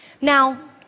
Now